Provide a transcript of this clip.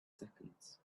seconds